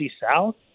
South